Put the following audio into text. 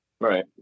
Right